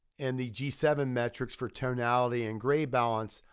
and the g seven metrics for tonality and gray balance,